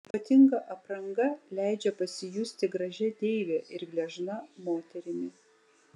ypatinga apranga leidžia pasijusti gražia deive ir gležna moterimi